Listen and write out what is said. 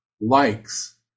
likes